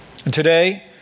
Today